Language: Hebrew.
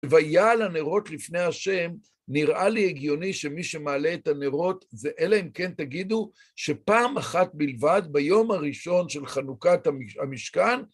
ויעל הנרות לפני השם, נראה לי הגיוני שמי שמעלה את הנרות, אלא אם כן תגידו, שפעם אחת בלבד ביום הראשון של חנוכת המשכן,